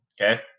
okay